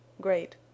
great